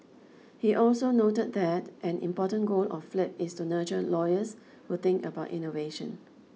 he also noted that an important goal of Flip is to nurture lawyers who think about innovation